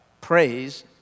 Praise